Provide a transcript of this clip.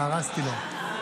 הרסתי לו.